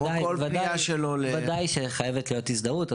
ודאי חייבת להיות הזדהות.